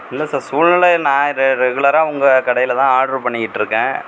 இல்லை சார் சூழ்நிலை நான் ரெகுலராக உங்கள் கடையில் தான் ஆட்ரு பண்ணிகிட்டுருக்கேன்